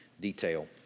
detail